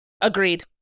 agreed